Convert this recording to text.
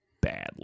badly